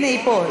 הנה, היא פה.